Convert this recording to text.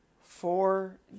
Four